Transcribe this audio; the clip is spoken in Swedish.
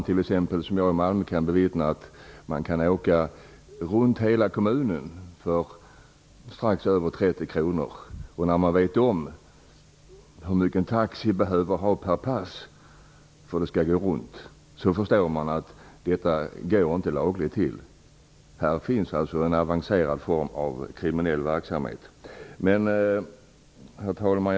I Malmö kan jag bevittna att man kan åka runt hela kommunen för strax över 30 kr. När man vet hur mycket en taxi behöver få in per pass för att det skall gå runt förstår man att det här inte går lagligt till. Det finns alltså en avancerad form av kriminell verksamhet. Herr talman!